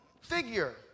figure